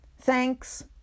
thanks